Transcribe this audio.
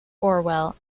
orwell